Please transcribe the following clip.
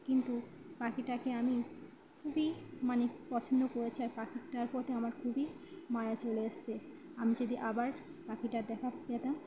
কিন্তু পাখিটাকে আমি খুবই মানে পছন্দ করেছি আর পাখিটার প্রতি আমার খুবই মায়া চলে এসেছে আমি যদি আবার পাখিটার দেখা পেতাম